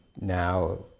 now